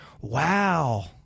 Wow